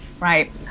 right